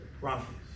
prophets